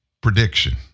prediction